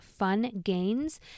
FUNGAINS